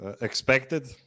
expected